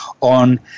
on